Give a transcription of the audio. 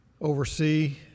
oversee